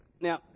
now